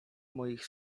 moich